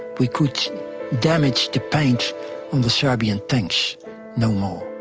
we could damage the paint on the serbian tanks no